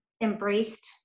embraced